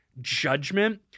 judgment